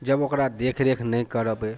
जब ओकरा देखरेख नहि करबै